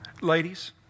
ladies